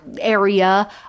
area